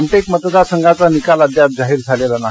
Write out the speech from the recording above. रामटेक मतदार संघाचा निकाल अद्याप जाहीर झालेला नाही